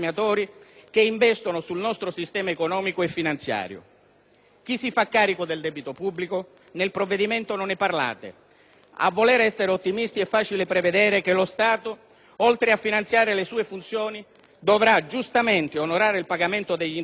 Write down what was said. Chi si fa carico del debito pubblico? Nel provvedimento non ne parlate. A voler essere ottimisti è facile prevedere che lo Stato, oltre a finanziare le sue funzioni, dovrà giustamente onorare il pagamento degli interessi sul debito e quindi non potrà ridurre la pressione fiscale.